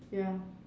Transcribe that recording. ya